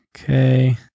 Okay